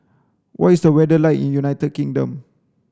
what is the weather like in United Kingdom